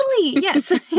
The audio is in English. Yes